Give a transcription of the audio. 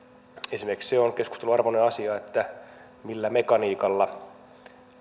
esimerkiksi se on keskustelun arvoinen asia millä mekaniikalla